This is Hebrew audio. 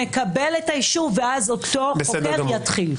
נקבל את האישור ואז אותו חוקר יתחיל.